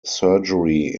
surgery